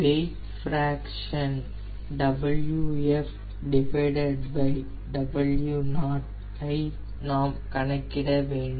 wait fraction WfW0 ஐ நாம் கணக்கிட வேண்டும்